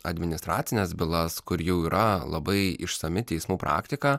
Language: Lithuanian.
administracines bylas kur jau yra labai išsami teismų praktiką